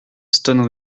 stones